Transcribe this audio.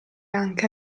anche